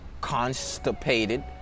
constipated